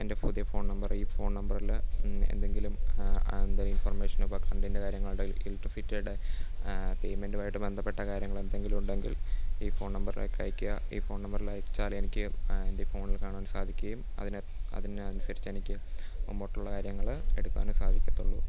എൻ്റെ പുതിയ phone number ഈ ഫോൺ നമ്പറിൽ എന്തെങ്കിലും എന്തെങ്കിലും ഇൻഫൊർമേഷനുകൾ കറൻറ്റിൻ്റെ കാര്യങ്ങൾ ഇലക്ട്രിസിറ്റിയുടെ പേയ്മെൻറ്റുമായിട്ടു ബന്ധപ്പെട്ട കാര്യങ്ങൾ എന്തെങ്കിലും ഉണ്ടെങ്കിൽ ഈ ഫോൺ നമ്പറിലേക്ക് അയക്കിയാൽ ഈ നമ്പറിൽ അയച്ചാൽ എനിക്ക് എൻ്റെ ഫോണിൽ കാണാൻ സാധിക്കുകയും അതിന് അതിനനുസരിച്ച് എനിക്ക് മുൻപോട്ടുള്ള കാര്യങ്ങൾ എടുക്കാനും സാധിക്കത്തുള്ളൂ